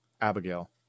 Abigail